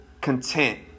content